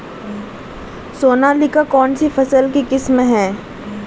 सोनालिका कौनसी फसल की किस्म है?